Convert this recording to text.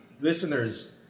listeners